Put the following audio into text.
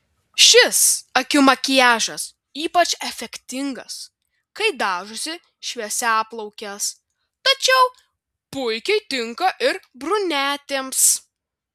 šis akių makiažas ypač efektingas kai dažosi šviesiaplaukės tačiau puikiai tinka ir brunetėms